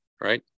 right